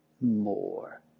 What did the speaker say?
more